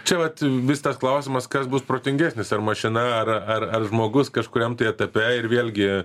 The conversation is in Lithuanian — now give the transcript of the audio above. čia vat vis tas klausimas kas bus protingesnis ar mašina ar ar ar žmogus kažkuriam tai etape ir vėlgi